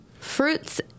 fruits